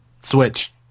Switch